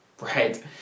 right